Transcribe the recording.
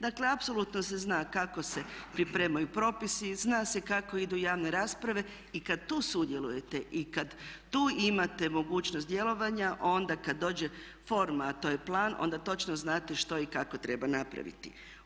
Dakle apsolutno se zna kako se pripremaju propisi, zna se kako idu javne rasprave i kada tu sudjelujete i kada tu imate mogućnost djelovanja onda kada dođe forma a to je plan onda točno znate što i kako treba napraviti.